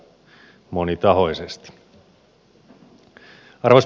arvoisa puhemies